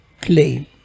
claim